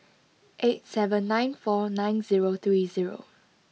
eight seven nine four nine zero three zero